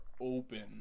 open